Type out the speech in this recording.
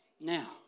Now